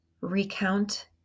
recount